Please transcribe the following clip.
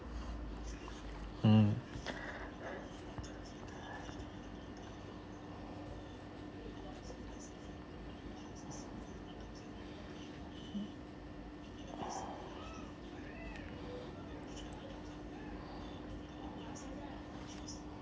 mm